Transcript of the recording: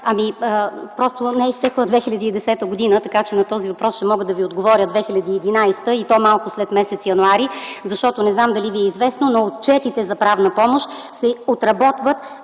Ами, просто не е изтекла 2010 г., така че на този въпрос ще мога да Ви отговоря 2011 г., и то малко след м. януари, защото не знам дали Ви е известно, но отчетите за правна помощ се отработват